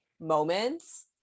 moments